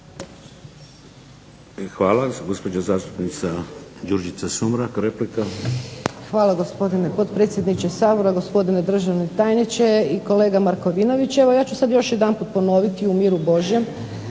Hvala gospodine potpredsjedniče SAbora, gospodine državni tajniče. Kolega Markovinoviću evo ja ću sada još jedanput ponoviti u miru božjem